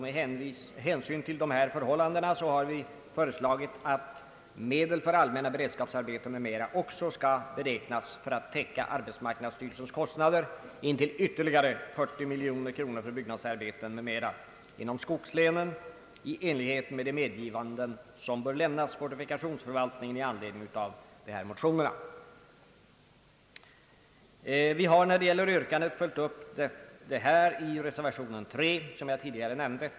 Med hänsyn till dessa förhållanden har vi föreslagit, att anslaget till Allmänna beredskapsarbeten m.m. skall beräknas för att täcka arbetsmarknadsstyrelsens kostnader intill ytterligare 40 miljoner kronor för byggnadsarbeten m.m. inom skogslänen enligt medgivande som bör lämnas fortifikationsförvaltningen i anledning av motionerna. Vi har följt upp detta vårt yrkande i reservationen 3, som jag tidigare nämnt.